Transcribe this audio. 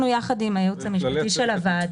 אנחנו, ביחד עם הייעוץ המשפטי של הוועדה,